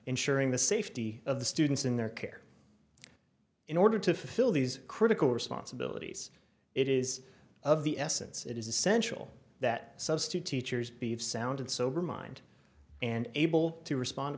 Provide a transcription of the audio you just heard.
ensuring the safety of the students in their care in order to fill these critical responsibilities it is of the essence it is essential that substitute teachers be of sound and sober mind and able to respond